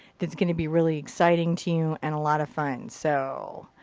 that's gonna be really exciting to you and a lot of fun, so.